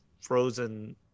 frozen